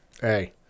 hey